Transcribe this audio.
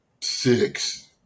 six